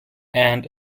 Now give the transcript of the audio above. and